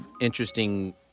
interesting